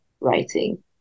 writing